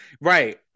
Right